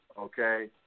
okay